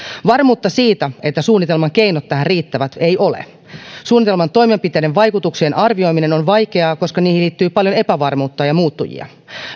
varmuutta siitä että suunnitelman keinot tähän riittävät ei ole suunnitelman toimenpiteiden vaikutuksien arvioiminen on vaikeaa koska niihin liittyy paljon epävarmuutta ja muuttujia